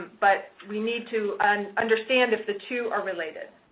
but we need to understand if the two are related.